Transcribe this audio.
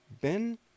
Ben